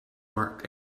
work